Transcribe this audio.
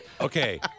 Okay